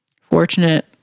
fortunate